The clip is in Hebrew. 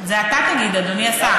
את זה אתה תגיד, אדוני השר.